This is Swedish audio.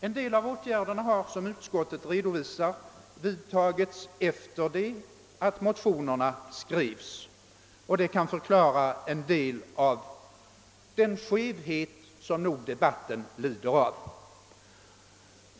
En del av åtgärderna har, som utskottet redovisat, vidtagits efter det att motionerna skrevs, och det kan förklara den skevhet som debatten nog lider av.